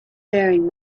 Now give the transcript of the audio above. faring